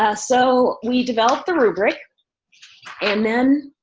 ah so we developed the rubric and then